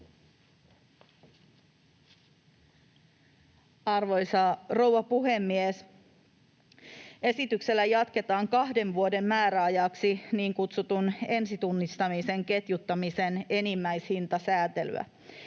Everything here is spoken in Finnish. Arvoisa rouva puhemies! Esityksellä jatketaan kahden vuoden määräajaksi niin kutsutun ensitunnistamisen ketjuttamisen enimmäishintasäätelyä.